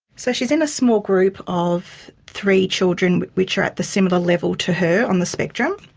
so she's in a small group of three children which are at the similar level to her on the spectrum.